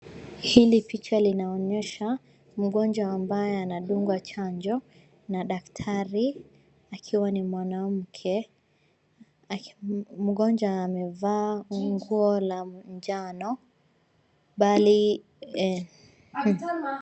Hili picha linaonyesha mgonjwa ambaye anadungwa chanjo na daktari akiwa ni mwanamke. Mgonjwa amevaa nguo la njano bali.